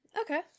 okay